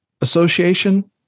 association